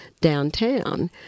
downtown